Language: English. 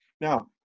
Now